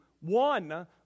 one